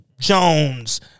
Jones